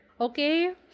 Okay